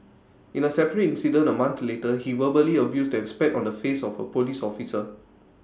in A separate incident A month later he verbally abused and spat on the face of A Police officer